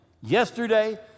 yesterday